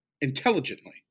intelligently